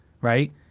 right